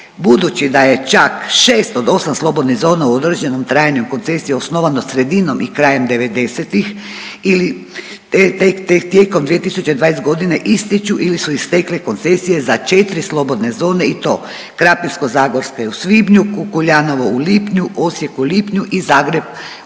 Budući da je čak 6 od 8 slobodnih zona u određenom trajanju koncesije osnovano sredinom i krajem devedesetih ili tek tijekom 2020. godine istječu ili su istekle koncesije za 4 slobodne zone i to Krapinsko-zagorske u svibnju, Kukuljanovo u lipnju, Osijek u lipnju i Zagreb u listopadu.